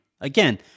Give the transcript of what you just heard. Again